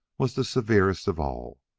was the severest of all,